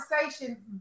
conversation